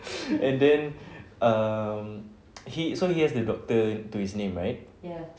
and then um he so he has the doctor to his name right